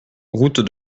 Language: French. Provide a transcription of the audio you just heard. route